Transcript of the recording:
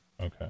Okay